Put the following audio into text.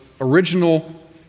original